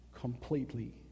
completely